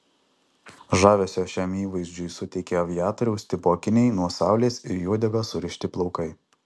žavesio šiam įvaizdžiui suteikė aviatoriaus tipo akiniai nuo saulės ir į uodegą surišti plaukai